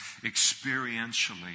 experientially